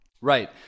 Right